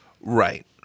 Right